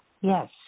Yes